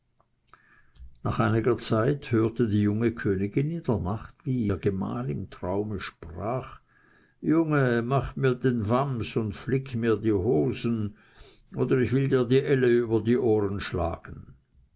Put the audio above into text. nach einiger zeit hörte die junge königin in der nacht wie ihr gemahl im traume sprach junge mach mir den wams und flick mir die hosen oder ich will dir die elle über die ohren schlagen